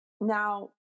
now